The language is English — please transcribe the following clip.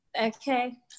okay